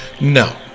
no